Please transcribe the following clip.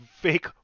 fake